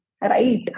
Right